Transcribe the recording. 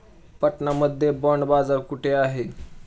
पटना मध्ये बॉंड बाजार कुठे आहे?